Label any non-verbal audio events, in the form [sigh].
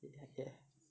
[laughs]